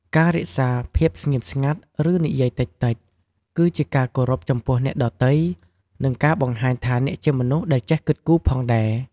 ការរក្សាភាពស្ងៀមស្ងាត់ ឬនិយាយតិចៗ គឺជាការគោរពចំពោះអ្នកទស្សនាដទៃ និងបង្ហាញថាអ្នកជាមនុស្សដែលចេះគិតគូរផងដែរ។